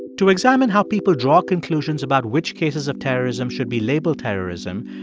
to examine how people draw conclusions about which cases of terrorism should be labeled terrorism,